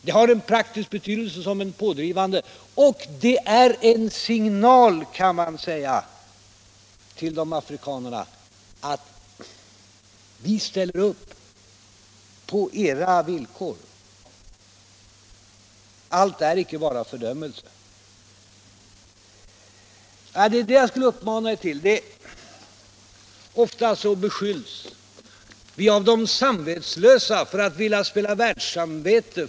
De har praktisk betydelse som pådrivande faktor och är, kan man säga, en signal till afrikanerna att vi ställer upp på deras villkor. Allt är icke bara fördömelse. Ofta beskylls vi här i Sverige av de samvetslösa för att vilja spela världssamvete.